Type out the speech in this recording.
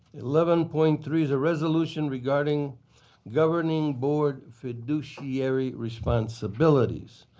eleven point three is a resolution regarding governing board fiduciary responsibilities.